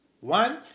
One